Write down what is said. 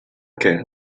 què